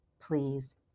please